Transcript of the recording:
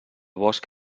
bosc